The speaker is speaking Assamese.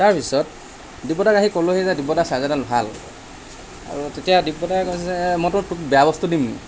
তাৰপিছত দিব্যদাক আহি ক'লোঁহি যে দিব্যদা চাৰ্জাৰডাল ভাল আৰু তেতিয়া দিব্যদাই কৈছে মইতো তোক বেয়া বস্তু দিম নেকি